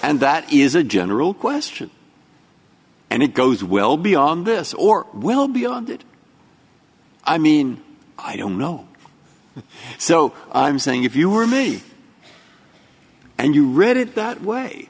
and that is a general question and it goes well beyond this or well beyond it i mean i don't know so i'm saying if you were me and you read it that way